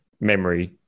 memory